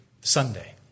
Sunday